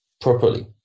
properly